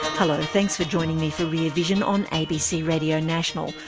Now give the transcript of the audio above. hello thanks for joining me for rear vision on abc radio national.